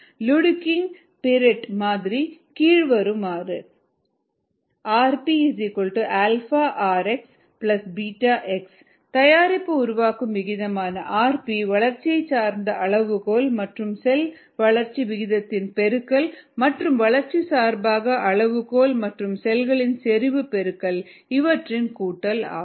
Luedeking Piret மாதிரி கீழ்வருமாறு 𝑟𝑝 𝛼 𝑟𝑥 𝛽 𝑥 தயாரிப்பு உருவாக்கம் விகிதமானது rP வளர்ச்சியை சார்ந்த அளவுகோல் மற்றும் செல் வளர்ச்சி விகிதத்தின் பெருக்கல் மற்றும் வளர்ச்சி சார்பற்ற அளவுகோல் மற்றும் செல்களின் செறிவு பெருக்கல் இவற்றின் கூட்டல் ஆகும்